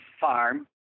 farm